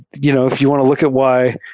you know if you want to look at why